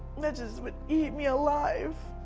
that just would eat me alive.